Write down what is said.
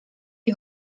die